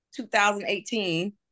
2018